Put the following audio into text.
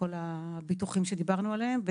כל הביטוחים שדיברנו עליהם.